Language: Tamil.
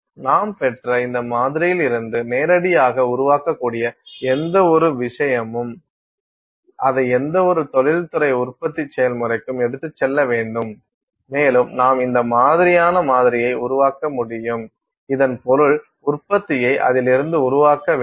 நாம் பெற்ற இந்த மாதிரியிலிருந்து நேரடியாக உருவாக்கக்கூடிய எந்தவொரு விஷயமும் அதை எந்தவொரு தொழில்துறை உற்பத்தி செயல்முறைக்கும் எடுத்துச் செல்ல வேண்டும் மேலும் நாம் இந்த மாதிரியான மாதிரியை உருவாக்க முடியும் இதன் பொருள் உற்பத்தியை அதிலிருந்து உருவாக்க வேண்டும்